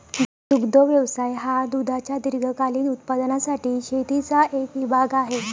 दुग्ध व्यवसाय हा दुधाच्या दीर्घकालीन उत्पादनासाठी शेतीचा एक विभाग आहे